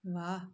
ਵਾਹ